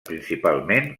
principalment